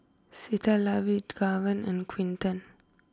Citlali Gaven and Quinton